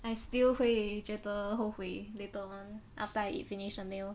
I still 会觉得后悔 later [one] after I eat finish the meal